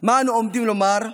מה אנו עומדים לומר,